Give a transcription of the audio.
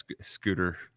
scooter